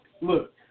Look